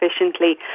efficiently